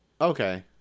Okay